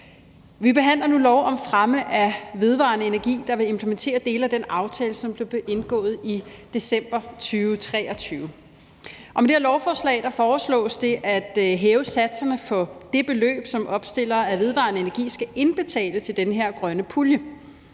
Vi behandler nu et lovforslag om fremme af vedvarende energi, der vil implementere dele af den aftale, som blev indgået i december 2023, og med det her lovforslag foreslås det at hæve satserne for det beløb, som opstillere af vedvarende energi skal indbetale til den her grønne pulje.